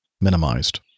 minimized